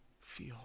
feel